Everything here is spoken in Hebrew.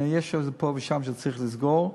יש עוד פה ושם שצריך לסגור,